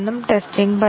ഇപ്പോൾ 1 0 ഇവിടെയുണ്ട്